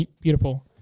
beautiful